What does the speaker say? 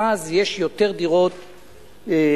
ואז יש יותר דירות בשוק,